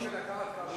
לא